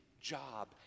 job